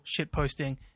shitposting